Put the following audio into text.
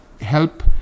help